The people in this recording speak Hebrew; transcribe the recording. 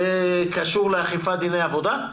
זה קשור לאכיפת דיני עבודה?